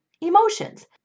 emotions